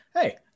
hey